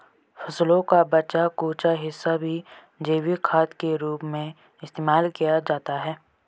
फसलों का बचा कूचा हिस्सा भी जैविक खाद के रूप में इस्तेमाल किया जाता है